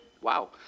wow